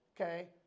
Okay